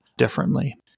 differently